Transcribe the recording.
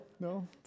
no